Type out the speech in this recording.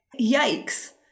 Yikes